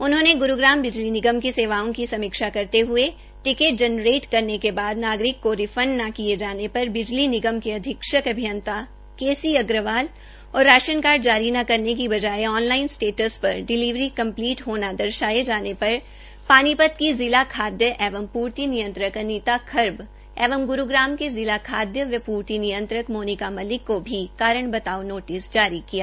उन्होंने गुरूग्राम बिजली निगम की सेवाओं की समीक्षा करते हये टिकेट जनरेट होने के बाद नागरिक के रिफंडल न किये जाने पर बिजली निगम के अधीक्षक अभियंता के सी अग्रवाली और राशन कार्ड जारी न करने बाये ऑन लाइन स्टेटस पर डिलीवरी कंप्लीट होना दर्शाये जाने पर पानीपत के जिा खाद्य एवं पूर्ति नियंत्रक अनिता खर्ब एंव ग्रूग्राम के जिला खाद्य एवं प्रर्ति नियंत्रक मोनिका मलिक को भी कारण बतायों नोटिस जारीकिया